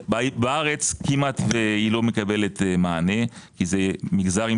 בארץ כמעט לא מקבלת מענה כי זה מגזר עם